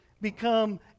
become